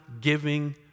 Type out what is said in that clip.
giving